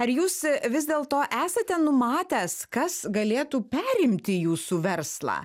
ar jūs vis dėl to esate numatęs kas galėtų perimti jūsų verslą